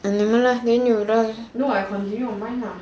!aiya! never mind lah then you no ah I continue on mine ah